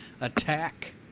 attack